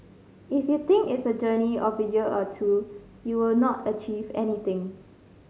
if you think it's a journey of a year or two you will not achieve anything